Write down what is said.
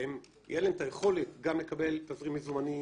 תהיה להם היכולת גם לקבל תזרים מזומנים,